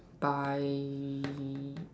by